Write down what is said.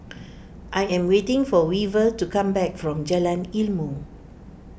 I am waiting for Weaver to come back from Jalan Ilmu